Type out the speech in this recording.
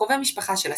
קרובי משפחה של הסקיתים.